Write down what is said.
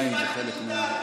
מיותר.